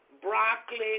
Broccoli